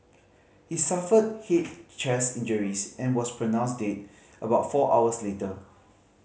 he suffered head chest injuries and was pronounced dead about four hours later